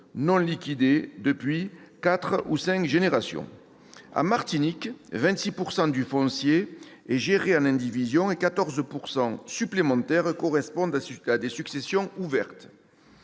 non liquidées depuis quatre ou cinq générations. En Martinique, 26 % du foncier est géré en indivision et 14 % supplémentaires correspondent à des successions ouvertes.